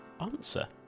answer